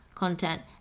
content